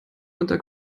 unter